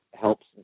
helps